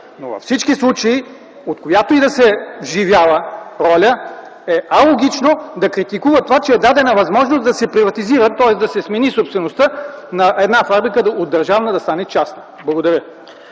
но във всички случаи, от която и роля да се вживява, е алогично да критикува това, че е дадена възможност да се приватизира, тоест да се смени собствеността на една фабрика – от държавна да стане частна. Благодаря.